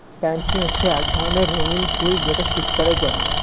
pansy হচ্ছে এক ধরনের রঙিন ফুল যেটা শীতকালে জন্মায়